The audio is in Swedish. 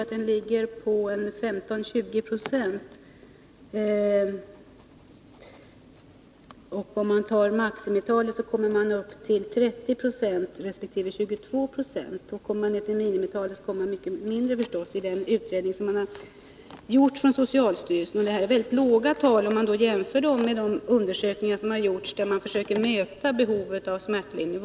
Om man ser på maximitalen resp. minimitalen för hur mycket metoderna har använts i de olika sjukvårdsområdena, finner man att maximitalen för de båda metoder jag nämnde är 30,1 96 resp. 22,1 70. Det är väldigt låga siffror i jämförelse med dem som kommit fram i de undersökningar där man försökt mäta behovet av smärtlindring.